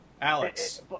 Alex